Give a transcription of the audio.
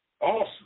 awesome